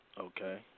Okay